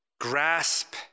grasp